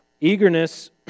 Eagerness